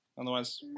Otherwise